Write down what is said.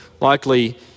likely